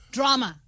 Drama